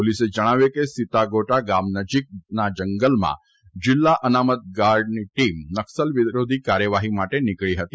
પોલીસે જણાવ્યું છે કે સીતાગોટા ગામ નજીક જંગલમાં જીલ્લા અનામત ગાર્ડની ટીમ નકસલ વિરોધી કાર્યવાહી માટે નીકળી હતી